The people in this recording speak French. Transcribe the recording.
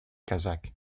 kazakh